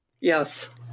Yes